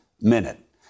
minute